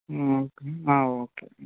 okay okay